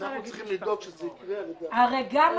אנחנו צריכים לדאוג שזה יקרה על ידי החברות.